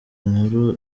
nkuru